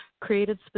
created